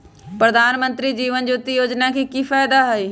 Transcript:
प्रधानमंत्री जीवन ज्योति योजना के की फायदा हई?